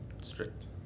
strict